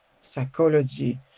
psychology